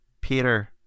Peter